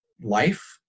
life